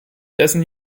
dessen